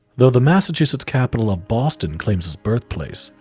though the massachusetts capital of boston claims his birthplace,